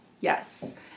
yes